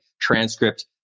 transcript